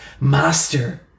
Master